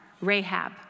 Rahab